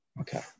Okay